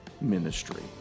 ministry